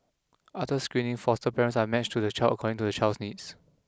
after screening foster parents are matched to the child according to the child's needs